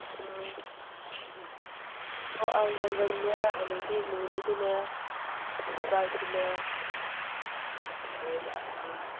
ꯑ ꯑꯣ ꯑꯪ ꯃꯪꯒꯟꯅꯦ ꯑꯗꯨꯗꯩꯗꯤ ꯅꯨꯃꯤꯠꯂꯩꯗꯨꯅꯦ ꯏꯁꯄ꯭ꯔꯥꯏꯠꯇꯨꯅꯦ ꯑꯗꯒꯤ